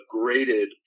graded